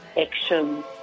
action